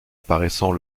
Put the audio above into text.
apparaissant